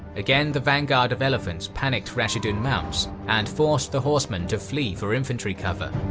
again, the vanguard of elephants panicked rashidun mounts and forced the horsemen to flee for infantry cover.